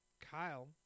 Kyle